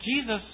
Jesus